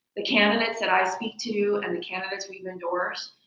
the candidates that i speak to and the candidates we've endorsed,